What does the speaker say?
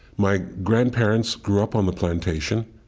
my grandparents grew up on the plantation,